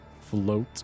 float